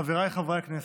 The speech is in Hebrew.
חבריי חברי הכנסת,